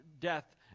death